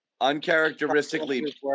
Uncharacteristically